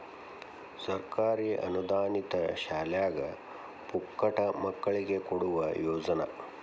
ಸರ್ಕಾರಿ ಅನುದಾನಿತ ಶಾಲ್ಯಾಗ ಪುಕ್ಕಟ ಮಕ್ಕಳಿಗೆ ಕೊಡುವ ಯೋಜನಾ